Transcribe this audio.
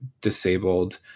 disabled